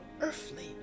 earthly